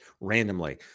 randomly